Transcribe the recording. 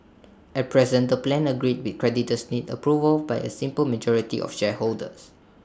at present the plan agreed with creditors needs approval by A simple majority of shareholders